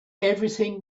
everything